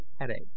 headache